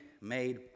made